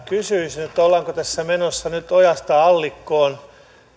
kysyisin ollaanko tässä menossa nyt ojasta allikkoon